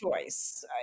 choice